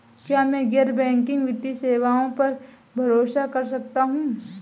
क्या मैं गैर बैंकिंग वित्तीय सेवाओं पर भरोसा कर सकता हूं?